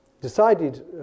decided